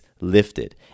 lifted